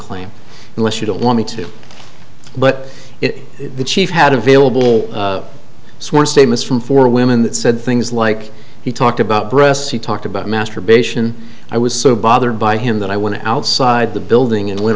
claim unless you don't want me to but it the chief had available sworn statements from four women that said things like he talked about breasts he talked about masturbation i was so bothered by him that i went outside the building